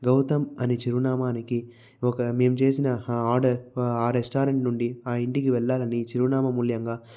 గౌతం అని చిరునామాకి ఒక మేము చేసినా ఆ ఆర్డర్ ఆ రెస్టారెంట్ నుండి ఆ ఇంటికి వెళ్ళాలని చిరునామా మూల్యంగా